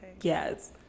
Yes